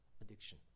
addiction